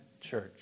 church